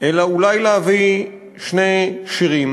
אלא אולי להביא שני שירים